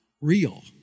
real